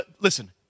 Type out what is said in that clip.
listen